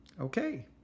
Okay